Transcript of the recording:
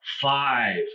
five